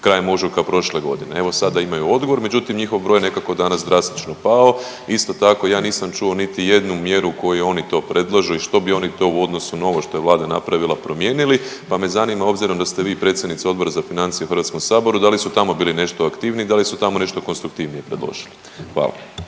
krajem ožujka prošle godine? Evo, sada imaju odgovor, međutim njihov broj je nekako danas drastično pao. Isto tako, ja nisam čuo niti jednu mjeru koju oni to predlažu i što bi oni to u odnosu na ovo što je Vlada napravila promijenili, pa me zanima obzirom da ste vi predsjednica Odbora za financije u Hrvatskom saboru da li su tamo bili nešto aktivniji, da li su tamo nešto konstruktivnije predložili? Hvala.